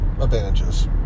advantages